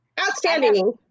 Outstanding